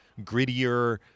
grittier